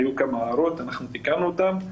היו כמה הערות, אנחנו תיקנו אותן,